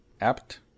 Apt